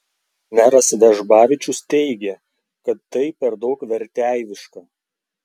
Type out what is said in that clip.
meras vežbavičius teigė kad tai per daug verteiviška